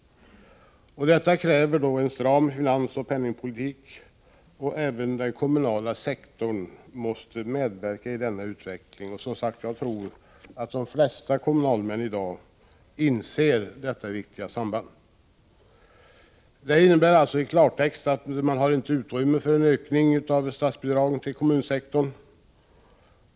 Detta kräver en stram finansoch penningpolitik; även den kommunala sektorn måste medverka till denna utveckling. Jag tror som sagt att de flesta kommunalmän i dag inser detta viktiga samband. Det innebär i klartext att det inte finns utrymme för en ökning av statsbidragen till kommunsektorn.